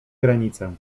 granicę